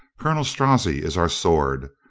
colonel strozzi is our sword,